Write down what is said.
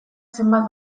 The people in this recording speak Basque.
zenbat